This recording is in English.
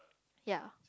ya